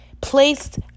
placed